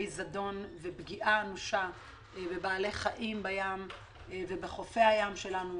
זדון ופגיעה אנושה בבעלי חיים בים ובחופי הים שלנו,